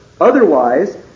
Otherwise